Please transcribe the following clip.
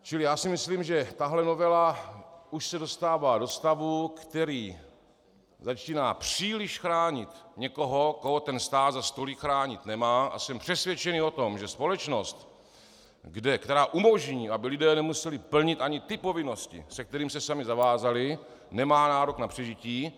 Čili já si myslím, že tahle novela už se dostává do stavu, který začíná příliš chránit někoho, koho ten stát zas tolik chránit nemá, a jsem přesvědčený o tom, že společnost, která umožní, aby lidé nemuseli plnit ani ty povinnosti, ke kterým se sami zavázali, nemá nárok na přežití.